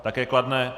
Také kladné.